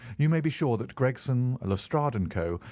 you may be sure that gregson, lestrade, and co.